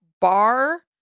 Bar